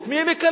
את מי הם יקללו?